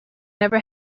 never